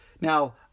Now